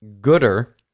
gooder